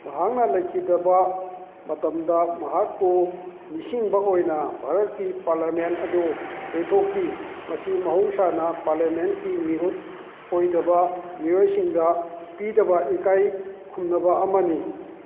ꯃꯍꯥꯛꯅ ꯂꯩꯈꯤꯗꯕ ꯃꯇꯝꯗ ꯃꯍꯥꯛꯄꯨ ꯅꯤꯡꯁꯤꯡꯕ ꯑꯣꯏꯅ ꯚꯥꯔꯠꯀꯤ ꯄꯔꯂꯥꯃꯦꯟ ꯑꯗꯨ ꯌꯩꯊꯣꯛꯈꯤ ꯃꯁꯤ ꯃꯍꯧꯁꯥꯅ ꯄꯥꯔꯂꯥꯃꯦꯟꯒꯤ ꯃꯤꯍꯨꯠ ꯑꯣꯏꯗꯕ ꯃꯤꯑꯣꯏꯁꯤꯡꯗ ꯄꯤꯗꯕ ꯏꯀꯥꯏ ꯈꯨꯝꯅꯕ ꯑꯃꯅꯤ